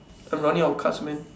I'm running out of cards man